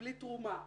תקבלי תרומה,